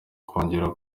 kongera